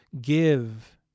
give